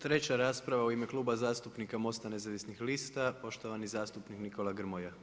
Treća rasprava u ime Kluba zastupnika MOST-a nezavisnih lista poštovani zastupnik Nikola Grmoja.